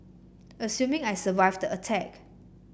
assuming I survived attack